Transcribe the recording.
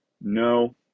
no